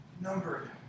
numbered